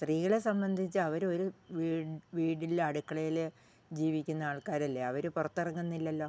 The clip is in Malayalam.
സ്ത്രീകളെ സംബന്ധിച്ച് അവരൊര് വീടിലെ അടുക്കളയിൽ ജീവിക്കുന്ന ആൾക്കാരല്ലേ അവര് പുറത്ത് ഇറങ്ങുന്നില്ലല്ലോ